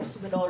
לא,